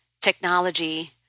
technology